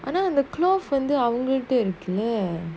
ஆனா அந்த:aana antha clove வந்து அவங்கள்ட இருக்கு:vanthu avangalta iruku lah